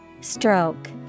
Stroke